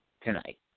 tonight